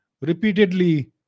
repeatedly